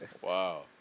Wow